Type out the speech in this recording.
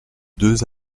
deux